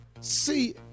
See